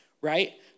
right